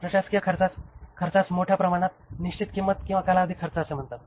प्रशासकीय खर्चास मोठ्या प्रमाणावर निश्चित किंमत किंवा कालावधी खर्च म्हणतात